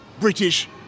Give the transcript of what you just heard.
British